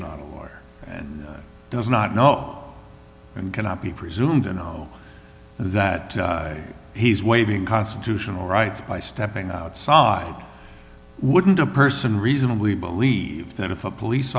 not and does not know and cannot be presumed and that he's waving constitutional rights by stepping outside wouldn't a person reasonably believe that if a police